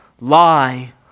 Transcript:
lie